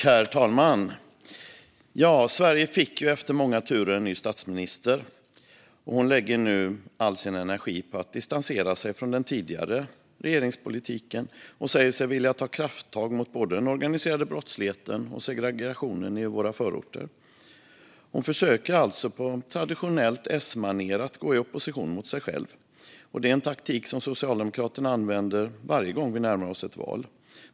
Herr talman! Sverige fick efter många turer en ny statsminister, och hon lägger nu all sin energi på att distansera sig från den tidigare regeringspolitiken och säger sig vilja ta krafttag mot både den organiserade brottsligheten och segregationen i våra förorter. Hon försöker alltså på traditionellt S-manér att gå i opposition mot sig själv. Det är en taktik som Socialdemokraterna använder varje gång vi närmar oss ett val.